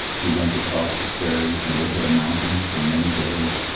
he went across the prairies and over the mountains for many days,